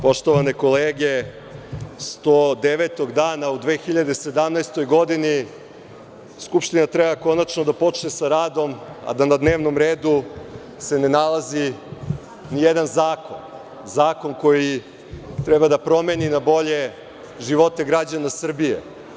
Poštovane kolege, 109. dana u 2017. godini Skupština treba konačno da počne sa radom, a da na dnevnom redu se ne nalazi ni jedan zakon, zakon koji treba da promeni na bolje živote građana Srbije.